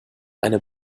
eine